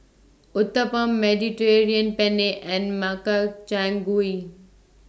Uthapam Mediterranean Penne and Makchang Gui